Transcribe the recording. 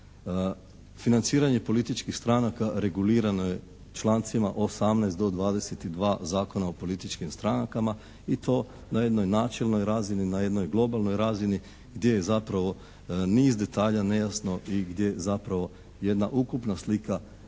Financiranje političkih stranaka regulirano je člancima 18. do 22. Zakona o političkim strankama i to na jednoj načelnoj razini, na jednoj globalnoj razini gdje je zapravo niz detalja nejasno i gdje zapravo jedna ukupna slika